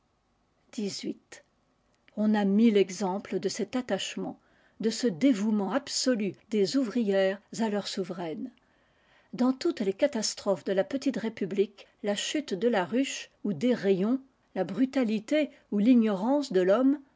on a mille exemples de cet attachement de ce dévouement absolu des ouvrières à leur souveraine dans toutes les catastrophes de la petite république la chute de la ruche ou des rayons la brutalité ou l'ignorance de l'homme